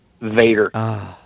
Vader